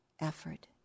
effort